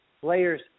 players